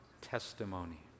testimony